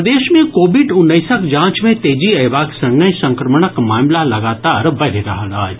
प्रदेश मे कोविड उन्नैसक जांच मे तेजी अयबाक संगहि संक्रमणक मामिला लगातार बढ़ि रहल अछि